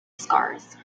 scars